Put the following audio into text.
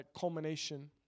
culmination